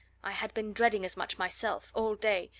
i had been dreading as much myself, all day,